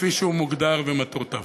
כפי שהוא מוגדר במטרותיו.